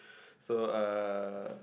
so uh